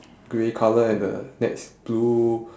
grey colour and the net's blue